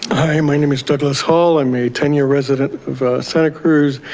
hi, my name is douglas hall, i'm a ten year resident of santa cruz.